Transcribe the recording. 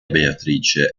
beatrice